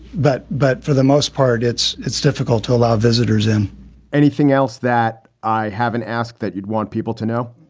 but but for the most part, it's it's difficult to allow visitors and anything else that i haven't asked that you'd want people to know.